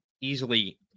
easily